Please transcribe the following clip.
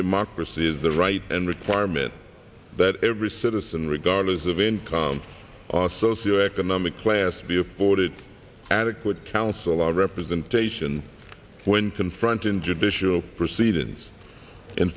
democracy is the right and requirement that every citizen regardless of income or socioeconomic class be afforded adequate counsel representation when confronting judicial proceedings in